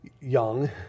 young